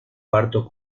parto